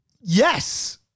Yes